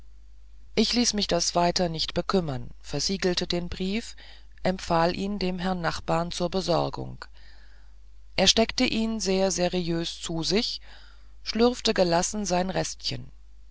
ich ließ mich das weiter nichts kümmern versiegelte den brief empfahl ihn dem herrn nachbar zur besorgung er steckte ihn sehr seriös zu sich und schlürfte gelassen sein restchen